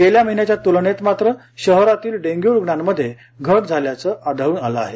गेल्या महिन्याच्या तुलनेत मात्र शहरातील डेंग्यू रुग्णांमध्ये घट झाल्याचं आढळून आलं आहे